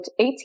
18